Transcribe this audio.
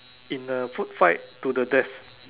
in a food fight to the death